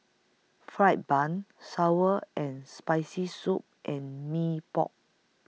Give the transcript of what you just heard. Fried Bun Sour and Spicy Soup and Mee Pok